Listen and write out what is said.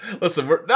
Listen